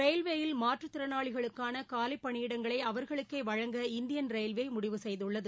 ரயில்வேயில் மாற்றுத் திறனாளிகளுக்கான காலி பணியிடங்களை அவர்களுக்கே வழங்குமாறு இந்தியன் ரயில்வே முடிவு செய்துள்ளது